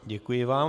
Děkuji vám.